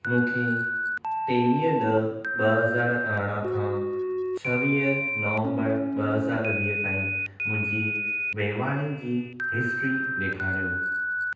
मूंखे टेवीह ॾह ॿ हज़ारु अरिड़ां खां छवीह नवम्बर ब हज़ारु वीह ताईं मुंहिंजे वहिंवारनि जी हिस्ट्री ॾेखारियो